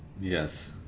Yes